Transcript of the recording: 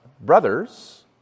brothers